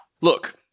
Look